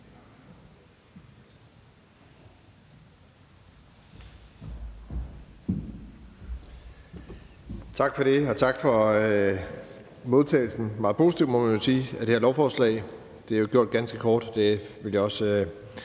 Tak for det, og tak for den meget positive, må man jo sige, modtagelse af det her lovforslag. Det er gjort ganske kort. Det vil jeg også